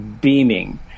beaming